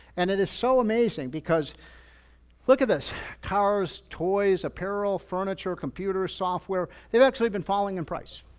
and it is so amazing because look at this cars, toys, apparel, furniture, computers, software, they've actually been falling in price.